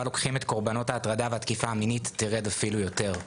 לוקחים את קורבנות ההטרדה והתקיפה המינית תרד אפילו יותר".